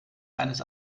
eines